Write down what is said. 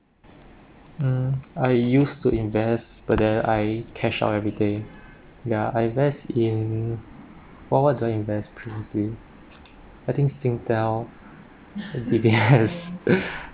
mm I used to invest but then I cash out everything ya I invest in what what do I invest previously I think singtel D_B_S